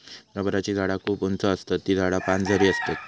रबराची झाडा खूप उंच आसतत ती झाडा पानझडी आसतत